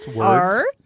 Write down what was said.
Art